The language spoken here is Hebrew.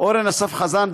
אורן אסף חזן,